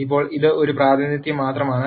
ഇപ്പോൾ ഇത് ഒരു പ്രാതിനിധ്യം മാത്രമാണ്